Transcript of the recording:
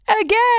Again